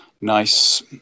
nice